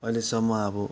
अहलेसम्म अब